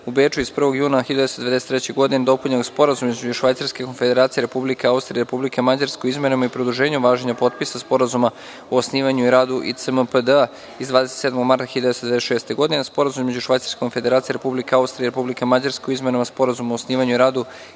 u Beču iz 1. juna 1993. godine dopunjenog Sporazumom između Švajcarske konfederacije, Republike Austrije i Republike Mađarske o izmenama i produženju važenja potpisanog sporazuma o osnivanju i radu (ICMPD) iz 27. marta 1996. godine, Sporazumom između Švajacrske konfederacije Republike Austrije i Republike Mađarske o izmenama Sporazuma o osnivanju i radu ICMPD